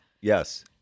Yes